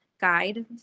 guide